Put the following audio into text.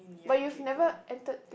but you've never entered